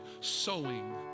sowing